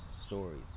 stories